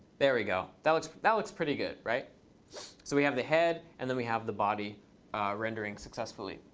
there we go. that looks that looks pretty good, right? so we have the head, and then we have the body rendering successfully.